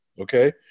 Okay